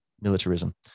militarism